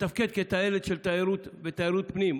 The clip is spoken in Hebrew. לתפקד כטיילת של תיירות פנים.